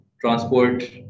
transport